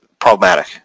problematic